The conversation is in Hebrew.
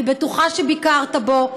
אני בטוחה שביקרת בו.